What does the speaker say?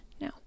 now